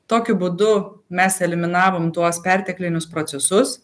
tokiu būdu mes eliminavom tuos perteklinius procesus